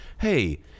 hey